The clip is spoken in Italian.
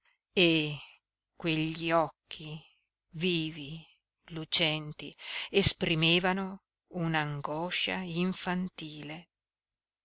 e quegli occhi vivi lucenti esprimevano un'angoscia infantile